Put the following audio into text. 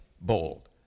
bold